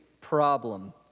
problem